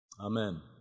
amen